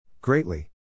Greatly